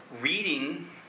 reading